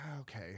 okay